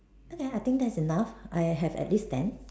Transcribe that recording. okay I think that's enough I have at least ten